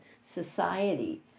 society